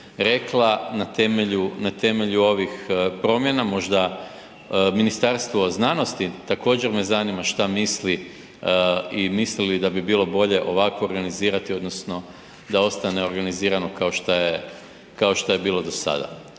temelju, na temelju ovih promjena, možda Ministarstvo znanosti također me zanima šta misli i misli li da bi bilo bolje ovako organizirati odnosno da ostane organizirano kao šta je bilo do sada.